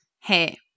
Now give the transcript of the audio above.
Hey